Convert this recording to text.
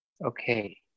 Okay